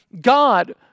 god